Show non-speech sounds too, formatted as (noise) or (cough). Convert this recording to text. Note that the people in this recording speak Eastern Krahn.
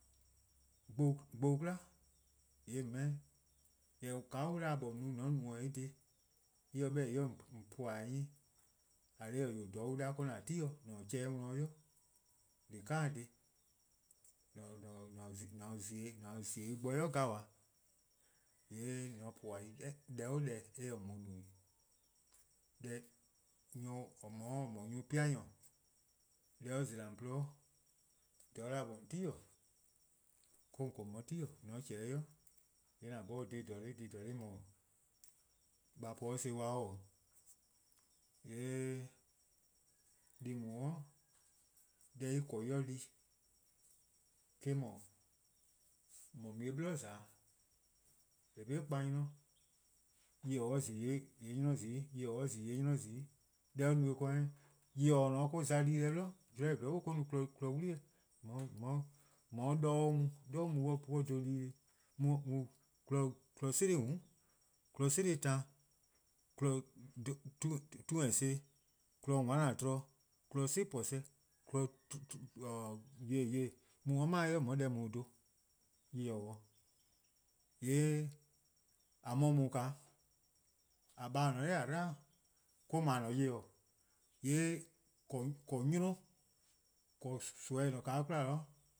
Gbou gbou-kla' :yee' :on 'meh-'. Jorwor::ka 'da :on 'ye-a no :mor :on no-a 'o en dhih :yee' en se 'beh-dih en 'ye :on puhba-eh 'nyi. :eh :korn dhih-eh we yoo:, :dha on 'da 'de :an ti-dih. :deka'-a dhih (hesitation) :an zie 'de en bo 'i gabaa, :yee' :on se-' puhba 'i, (hesitation) deh o' deh se :on no 'i. Deh nyor or ne-a 'o :or no-a nyor+ pea'-nyor, deh or zela-a :on :gwluhuh, 'dha or 'da :on 'ye-a ti-dih, 'de :on :korn :on 'ye ti-dih: mor :on chehn 'o :dhie' :yee' :an 'bhorn dhih :dhorno'+, dhih :dhorno' mor, a po-or son+ kpa-:, :yee' deh+ :daa deh en 'ye-a di :mor mu-ih 'blo :za-'. Eh-: :korn 'be 'kpa 'nynor, :mor nyor-kpalu zi :yee' 'nynor zi-', :mor nyor-kpalu zi :yee' 'nynor zi-' :eh :korn dhih 'de or no-eh :e? Nyor-kpalu :or-: za di-deh 'blo, :mor zorn zen zorn bo or-: no (hesitation) kpon 'wli-eh dih (hesitation) (hesitation) :on 'ye 'de 'doror' mu 'de :dha an mu-a 'de an dhen-a dii-deh+, kpon 'cili' :mm' dih, kpon 'cili' taan-dih, kpon (hesitation) tunence-dih, kpno onetror-dih, kpon 'cibhun-ih-dih, (hesitation) :yeh :daa-dih mu 'de 'mae''i :on 'ye deh :jeh :daa dhen, nyor-kpalu. :yee' :a mor :daa :naa :a :baa' :or :ne-a 'nor :a 'dlu, or-: no :a-a'a: nyor-kpal. :yee' (hesitation) :korn 'nynor, :korn nimi :eh :ne-a 'de 'kwla :naa,